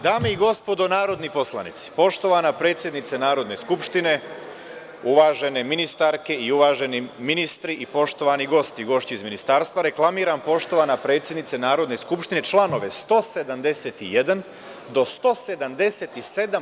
Dame i gospodo narodni poslanici, poštovana predsedice Narodne skupštine, uvažene ministarke i uvaženi ministri i poštovani gosti, gošće iz Ministarstva, reklamiram poštovana predsednice Narodne skupštine, čl. 171. do 177.